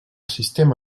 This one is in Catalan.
sistema